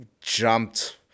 jumped